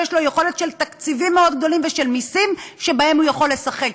יש לו יכולת של תקציבים מאוד גדולים ושל מסים שבהם הוא יכול לשחק,